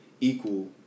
equal